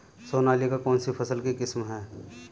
सोनालिका कौनसी फसल की किस्म है?